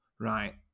right